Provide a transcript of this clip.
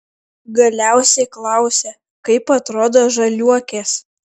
galiausiai klausia kaip atrodo žaliuokės